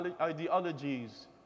ideologies